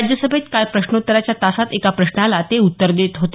राज्यसभेत काल प्रश्नोत्तराच्या तासात एका प्रश्नाला ते उत्तर देत होते